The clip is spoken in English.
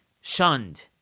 shunned